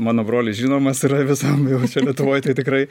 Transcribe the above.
mano brolis žinomas yra visam jau čia lietuvoj tai tikrai